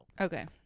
okay